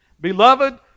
Beloved